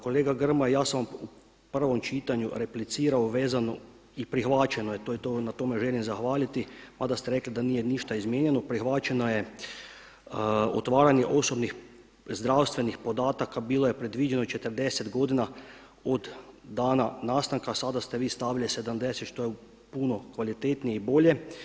Kolega Grmoja ja sam u prvom čitanju replicirao vezano i prihvaćeno je, na tome želim zahvaliti, mada ste rekli da nije ništa izmijenjeno, prihvaćeno je otvaranje osobnih zdravstvenih podataka bilo je predviđeno 40 godina od dana nastanka, sada ste vi stavili 70 što je puno kvalitetnije i bilje.